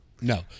No